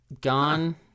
gone